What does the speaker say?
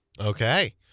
Okay